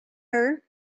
her